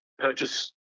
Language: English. purchase